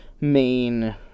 main